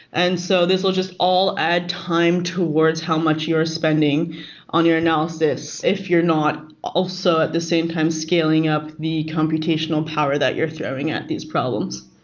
and so this will just all add time towards how much you're spending on your analysis if you're not also at the same time scaling up the computational power that you're throwing at these problems.